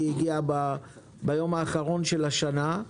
כי היא הגיעה ביום האחרון של השנה,